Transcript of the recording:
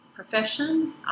profession